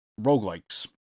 roguelikes